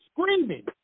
screaming